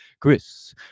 chris